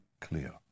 clear